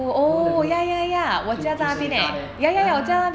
you know that road to to seletar there uh